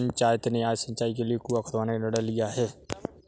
पंचायत ने आज सिंचाई के लिए कुआं खुदवाने का निर्णय लिया है